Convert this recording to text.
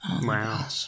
Wow